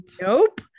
Nope